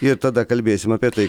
ir tada kalbėsim apie tai